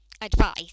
advice